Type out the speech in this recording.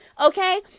Okay